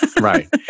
right